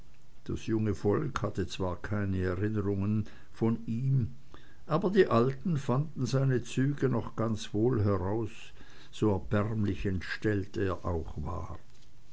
das junge volk hatte zwar keine erinnerungen von ihm aber die alten fanden seine züge noch ganz wohl heraus so erbärmlich entstellt er auch war